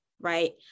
right